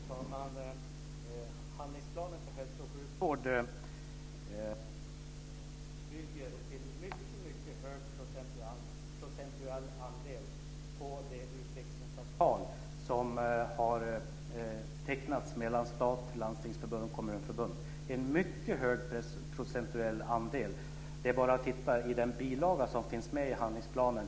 Fru talman! Handlingsplanen för hälso och sjukvård bygger till en mycket hög procentuell andel på det utvecklingsavtal som har tecknats mellan staten, Landstingsförbundet och Kommunförbundet. Det är bara att titta i den bilaga som finns med i handlingsplanen.